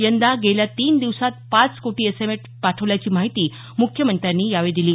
यंदा गेल्या तीन दिवसांत पाच कोटी एसएमएस पाठवल्याची माहिती मुख्यमंत्र्यांनी यावेळी दिली